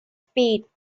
speed